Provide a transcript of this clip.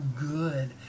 good